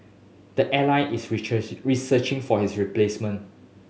the airline is researching for his replacement